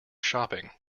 shopping